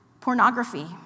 Pornography